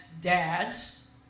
dads